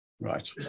Right